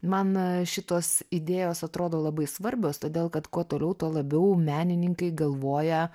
man šitos idėjos atrodo labai svarbios todėl kad kuo toliau tuo labiau menininkai galvoja